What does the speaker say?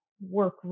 work